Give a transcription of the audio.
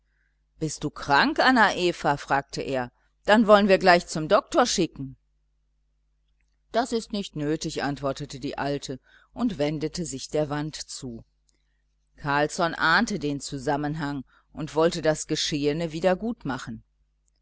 bist du krank anna eva fragte er dann wollen wir sogleich zum doktor schicken das ist nicht nötig antwortete die alte und wendete sich der wand zu carlsson ahnte den zusammenhang und wollte das geschehene